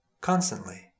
Constantly